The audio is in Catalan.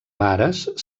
vares